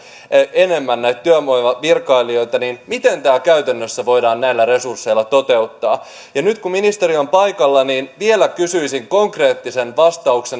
enemmän näitä työvoimavirkailijoita niin miten tämä käytännössä voidaan näillä resursseilla toteuttaa ja nyt kun ministeri on paikalla niin vielä kysyisin konkreettisen kysymyksen liittyen